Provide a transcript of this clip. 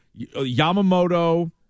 Yamamoto